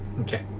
okay